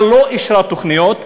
המדינה לא אישרה תוכניות.